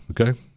okay